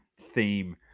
theme